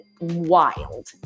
wild